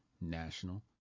national